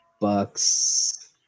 Bucks